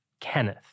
Kenneth